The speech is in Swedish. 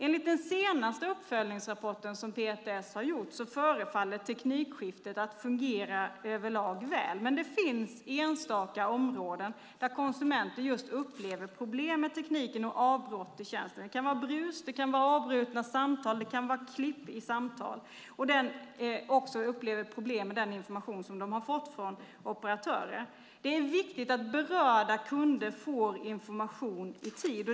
Enligt den senaste uppföljningsrapporten som PTS har gjort förefaller teknikskiftet att fungera väl över lag. Men det finns enstaka områden där konsumenter upplever problem med tekniken och avbrott i tjänsten. Det kan vara brus, avbrutna samtal och klipp i samtal. De upplever också problem med den information som de har fått från operatörerna. Det är viktigt att berörda kunder får information i tid.